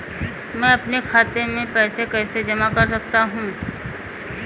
मैं अपने खाते में पैसे कैसे जमा कर सकता हूँ?